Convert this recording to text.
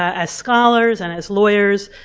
as scholars and as lawyers,